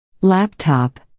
Laptop